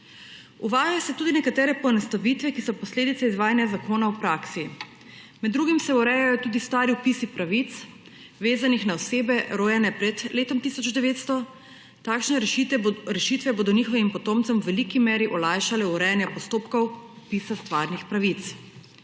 Uvajajo se tudi nekatere poenostavitve, ki so posledica izvajanja zakona v praksi. Med drugim se urejajo tudi stari vpisi pravic, vezanih na osebe, rojene pred letom 1900. Takšne rešitve bodo njihovim potomcem v veliki meri olajšale urejanje postopkov vpisa stvarnih pravic.